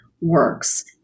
works